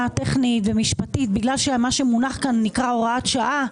טכנית ומשפטית בגלל מה שמונח כאן נקרא הוראת שעה,